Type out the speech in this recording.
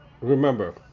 remember